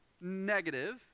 negative